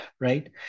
right